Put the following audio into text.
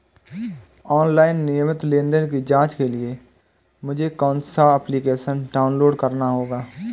Online नियमित लेनदेन की जांच के लिए मुझे कौनसा एप्लिकेशन डाउनलोड करना होगा?